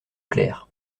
clair